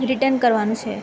return કરવાનું છે